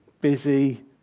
busy